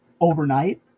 overnight